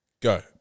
Go